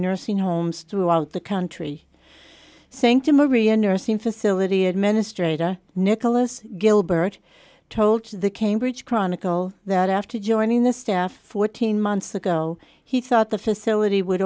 nursing homes throughout the country saying to marie a nursing facility administrator nicholas gilbert told the cambridge chronicle that after joining the staff fourteen months ago he thought the facility would